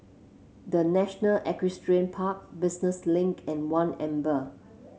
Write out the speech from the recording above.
The National Equestrian Park Business Link and One Amber